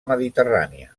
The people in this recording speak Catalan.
mediterrània